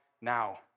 now